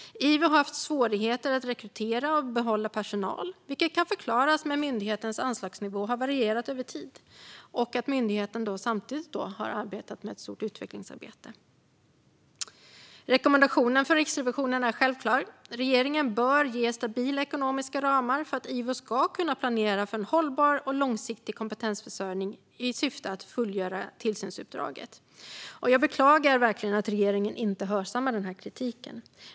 IVO har haft svårigheter att rekrytera och behålla personal, vilket kan förklaras med att myndighetens anslagsnivå har varierat över tid och att myndigheten samtidigt har bedrivit ett stort utvecklingsarbete. Rekommendationen från Riksrevisionen är självklar: Regeringen bör ge stabila ekonomiska ramar för att IVO ska kunna planera för en hållbar och långsiktig kompetensförsörjning i syfte att fullgöra tillsynsuppdraget. Jag beklagar verkligen att regeringen inte hörsammar denna kritik.